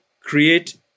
create